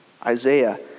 Isaiah